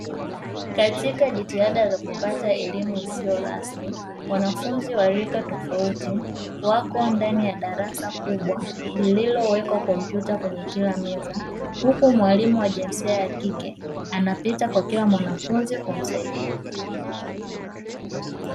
Katika jitihada ya kupata elimu isiyo rasmi, wanafunzi wa rika tofauti wapo ndani ya darasa kubwa lililowekwa kompyuta kwenye kila meza, huku mwalimu wa jinsia ya kike anapita kwa kila mwanafunzi kumsaidia.